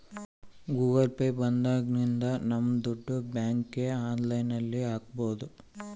Google Pay ಬಂದಾಗಿನಿಂದ ನಮ್ ದುಡ್ಡು ಬ್ಯಾಂಕ್ಗೆ ಆನ್ಲೈನ್ ಅಲ್ಲಿ ಹಾಕ್ಬೋದು